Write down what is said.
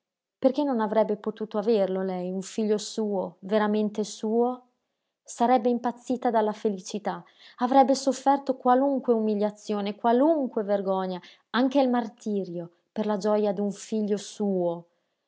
perché non avrebbe potuto averlo lei un figlio suo veramente suo sarebbe impazzita dalla felicità avrebbe sofferto qualunque umiliazione qualunque vergogna anche il martirio per la gioja d'un figlio suo